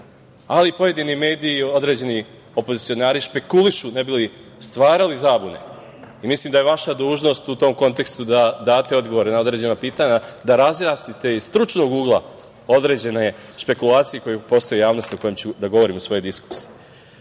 ali pojedini mediji i određeni opozicionari špekulišu ne bi li stvarali zabune. Mislim da je vaša dužnost u tom kontekstu da date odgovore na određena pitanja, da razjasnite iz stručnog ugla određene špekulacije koje postoje u javnosti, o kojima ću da govorim u svojoj diskusiji. Ono